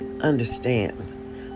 understand